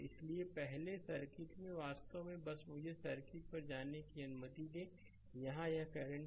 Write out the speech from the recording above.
इसलिए पहले सर्किट में वास्तव में बस मुझे सर्किट पर जाने की अनुमति दें यहां यह करंट है